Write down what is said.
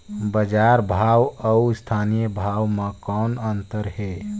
बजार भाव अउ स्थानीय भाव म कौन अन्तर हे?